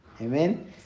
Amen